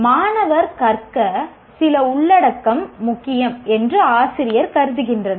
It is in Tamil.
மாணவர் கற்க சில உள்ளடக்கம் முக்கியம் என்று ஆசிரியர் கருதுகிறார்